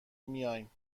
میایم